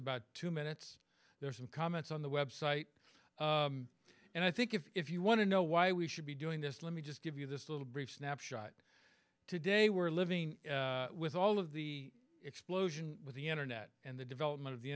about two minutes there are some comments on the website and i think if you want to know why we should be doing this let me just give you this little brief snapshot today we're living with all of the explosion with the internet and the development of the